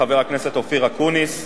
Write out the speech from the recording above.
חבר הכנסת אופיר אקוניס,